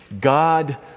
God